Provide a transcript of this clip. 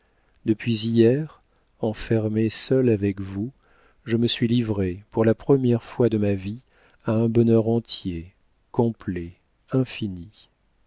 oui depuis hier enfermé seul avec vous je me suis livré pour la première fois de ma vie à un bonheur entier complet infini